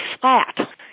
flat